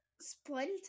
splint